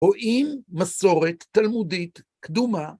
רואים מסורת תלמודית קדומה